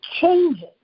changes